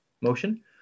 motion